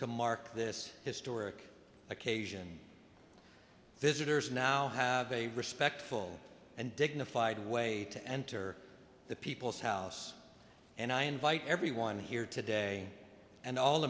to mark this historic occasion visitors now have a respectful and dignified way to enter the people's house and i invite everyone here today and all